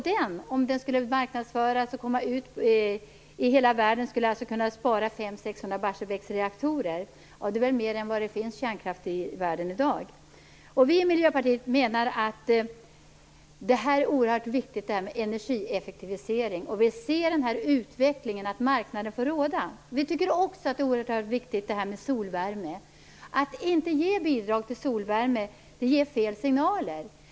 Om den skulle marknadsföras och komma ut i hela världen, skulle den kunna spara in 500-600 Barsebäcksreaktorer. Det är väl mer än den kärnkraft som finns i världen i dag. Vi i Miljöpartiet menar att det här med energieffektivisering är oerhört viktigt. Vi ser den här utvecklingen; att marknaden får råda. Vi tycker också att det här med solvärme är oerhört viktigt. Att inte ge bidrag till solvärme ger fel signaler.